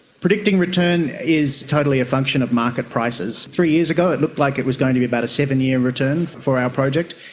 predicting return is totally a function of market prices. three years ago it looked like it was going to be about a seven-year return for our project.